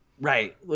Right